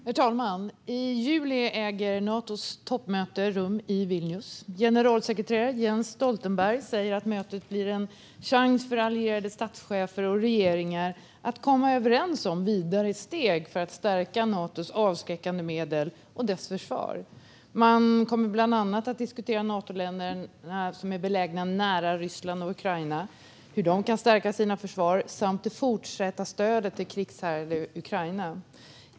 Herr talman! I juli äger Natos toppmöte rum i Vilnius. Generalsekreterare Jens Stoltenberg säger att mötet blir en chans för allierade statschefer och regeringar att komma överens om vidare steg för att stärka Natos avskräckande medel och dess försvar. Man kommer bland annat att diskutera hur de Natoländer som är belägna nära Ryssland och Ukraina kan stärka sina försvar samt det fortsatta stödet till det krigshärjade Ukraina.